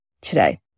today